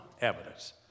evidence